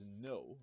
no